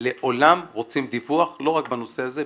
לעולם רוצים דיווח לא רק בנושא הזה,